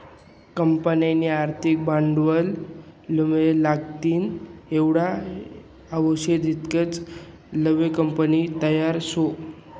कंपनीना आर्थिक भांडवलमुये लागतीन तेवढा आवषदे ईकत लेवाले कंपनी तयार शे